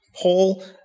Paul